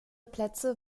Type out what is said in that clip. plätze